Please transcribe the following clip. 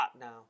now